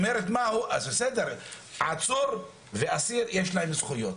לעצור ולאסיר יש זכויות.